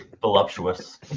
Voluptuous